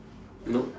nope